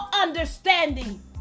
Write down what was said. understanding